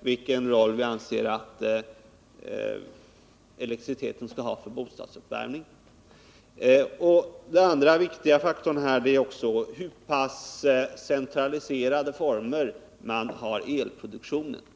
vilken roll vi anser att elektriciteten skall ha för bostadsuppvärmningen. En annan viktig faktor är hur pass centraliserade former man har för elproduktionen.